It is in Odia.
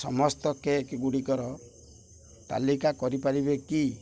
ସମସ୍ତ କେକ୍ ଗୁଡ଼ିକର ତାଲିକା କରିପାରିବେ କି